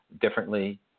differently